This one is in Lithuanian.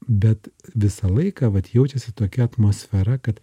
bet visą laiką vat jaučiasi tokia atmosfera kad